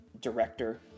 director